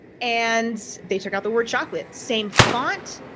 and they took out the word chocolate, same font,